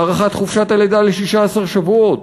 הארכת חופשת הלידה ל-16 שבועות,